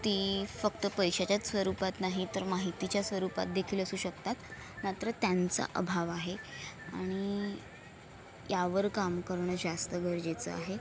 ती फक्त पैशाच्याच स्वरूपात नाहीत तर माहितीच्या स्वरूपात देखील असू शकतात मात्र त्यांचा अभाव आहे आणि यावर काम करणं जास्त गरजेचं आहे